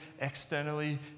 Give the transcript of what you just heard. externally